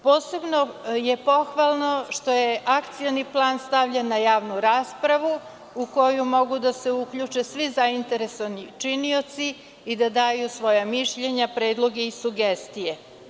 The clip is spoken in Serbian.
Posebno je pohvalno što je akcioni plan stavljen na javnu raspravu u koju mogu se uključe svi zainteresovani činioci i da daju svoja mišljenja, predloge i sugestije.